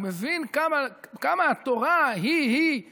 הוא מבין כמה התורה היא-היא